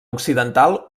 occidental